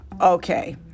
okay